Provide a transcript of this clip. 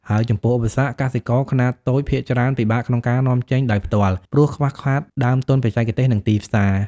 ហើយចំពោះឧបសគ្គ កសិករខ្នាតតូចភាគច្រើនពិបាកក្នុងការនាំចេញដោយផ្ទាល់ ព្រោះខ្វះខាតដើមទុនបច្ចេកទេស និងទីផ្សារ។